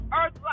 earth